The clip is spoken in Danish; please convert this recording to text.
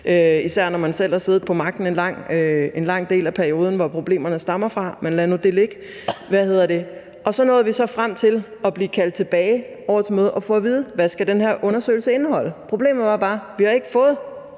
især når man selv har siddet på magten en lang del af perioden, som problemerne stammer fra. Men lad nu det ligge. Og så nåede vi frem til at blive kaldt tilbage til møder og få at vide, hvad den her undersøgelse skal indeholde. Problemet er bare, at vi ikke har